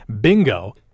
bingo